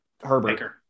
Herbert